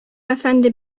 әфәнде